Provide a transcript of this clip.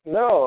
no